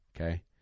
okay